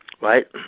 right